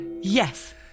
Yes